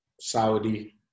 Saudi